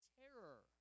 terror